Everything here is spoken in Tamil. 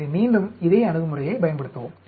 எனவே மீண்டும் இதே அணுகுமுறையைப் பயன்படுத்தவும்